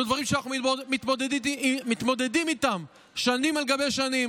אלה דברים שאנחנו מתמודדים איתם שנים על גבי שנים.